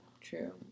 True